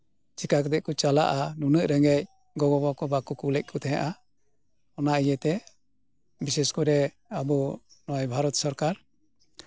ᱪᱮᱫ ᱠᱟ ᱠᱟᱛᱮᱜ ᱠᱚ ᱪᱟᱞᱟᱜᱼᱟ ᱩᱱᱟᱹᱜᱨᱮ ᱨᱮᱸᱜᱮᱡ ᱜᱚ ᱵᱟᱵᱟ ᱠᱚ ᱵᱟᱠᱚ ᱠᱩᱞᱮᱜ ᱛᱟᱦᱮᱱᱟ ᱚᱱᱟ ᱤᱭᱟᱹ ᱛᱮ ᱵᱤᱥᱮᱥ ᱠᱚᱨᱮ ᱟᱵᱚ ᱱᱚᱜᱼᱚᱭ ᱵᱷᱟᱨᱚᱛ ᱥᱚᱨᱠᱟᱨ